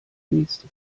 nächste